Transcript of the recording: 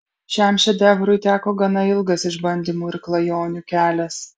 šiam šedevrui teko gana ilgas išbandymų ir klajonių kelias